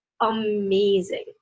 amazing